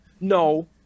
No